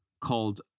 called